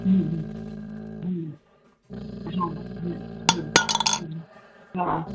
हम्म हम्म हम्म हां हम्म हम्म हं हा